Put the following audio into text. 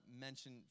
mention